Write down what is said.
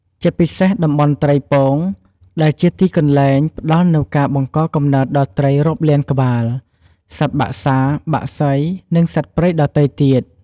ជាពិសេសតំបន់ត្រីពង ដែលជាទីកន្លែងផ្តល់នូវការបង្កកំណើតដល់ត្រីរាប់លានក្បាល សត្វបក្សា បក្សី និងសត្វព្រៃដ៏ទៃទៀត។